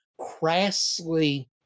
crassly